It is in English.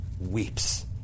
weeps